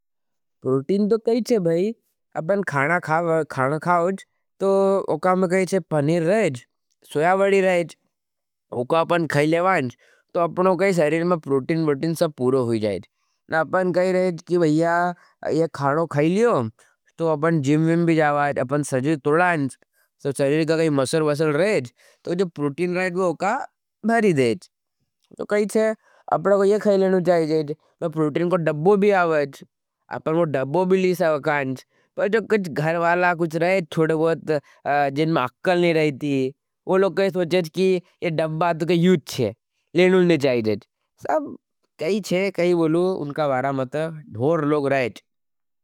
प्रूटीन तो कहीचे भाई, अपना खाना खाओज, तो उका में कहीचे पनीर रहेज, सोयावडी रहेज, उका अपना खैलेवाज, तो अपना उका सहरील में प्रूटीन, ब्रूटीन सब पूरो हुई जाएज। न अपना कही रहेज, कि भाईया एक खानो खैलियो, तो अपना जिम्में भी जाओज। अपना सर्जी तोड़ाँज, सो सर्जी का काई मसल मसल रहेज, तो जो प्रूटीन रहेज, उका भारी देज। तो कहीचे, अपना को एक खैलेवाज जाएज, तो प्रूटीन को डबो भी आवज, अपना डबो भी ली सवकाणज। पर जो घरवाला कुछ रहेज, चोड़े बहुत जिनमें अकल नहीं रहेज, वो लोग कहीं सोचेज, कि ये डबा तो कही यूच्छे, लेने नहीं चाहिएज। साब कही छे, कही बोलू, उनका वारा मत धोर लोग रहेज।